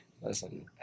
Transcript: Listen